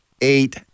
eight